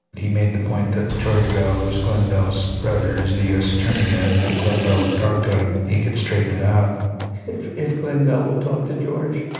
he made the point that george beall who's glenn beall's brother is the u s. attorney there, and that if glenn beall would talk to him he could straighten it out if if glenn beall would talk to george,